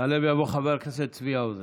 יעלה ויבוא חבר הכנסת צבי האוזר,